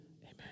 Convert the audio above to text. Amen